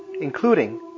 including